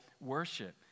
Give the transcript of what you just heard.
worship